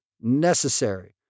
necessary